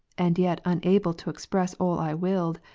and yet unable to express all i willed,